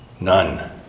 None